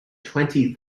twenty